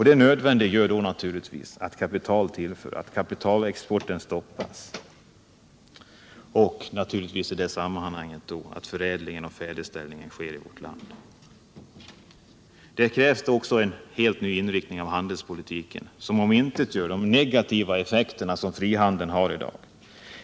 Detta nödvändiggör då naturligtvis att kapitalexporten stoppas och att förädlingen och färdigställandet äger rum i vårt land. Det krävs också en helt ny inriktning av handelspolitiken som skall omintetgöra de negativa effekter som frihandeln innebär i dag.